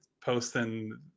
posting